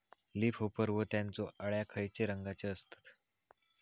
Leaf होपर व त्यानचो अळ्या खैचे रंगाचे असतत?